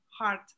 heart